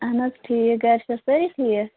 اَہَن حظ ٹھیٖک گَرِ چھِوٕ سٲری ٹھیٖک